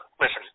listen